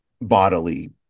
bodily